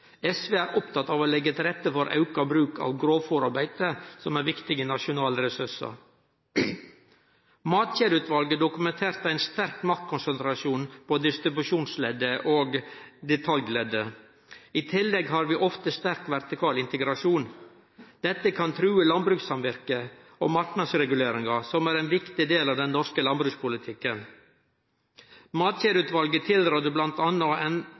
SV er opptatt av å legge til rette for auka bruk av grovfôr og beite, som er viktige nasjonale ressursar. Matkjedeutvalet dokumenterte ein sterk maktkonsentrasjon på distribusjonsleddet og detaljleddet. I tillegg har vi ofte sterk vertikal integrasjon. Dette kan true landbrukssamvirket og marknadsreguleringa som er ein viktig del av den norske landbrukspolitikken. Matkjedeutvalet tilrådde